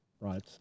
Right